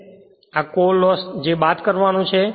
અને આ core loss છે જે બાદ કરવાનો છે